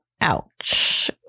ouch